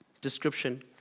description